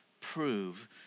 prove